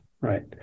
right